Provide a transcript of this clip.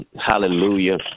Hallelujah